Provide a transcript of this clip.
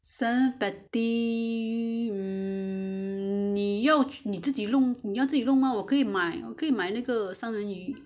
salmon patty 你你要你自己你要你自己弄吗我可以买那个三文鱼